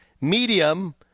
Medium